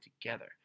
together